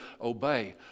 obey